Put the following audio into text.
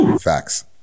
Facts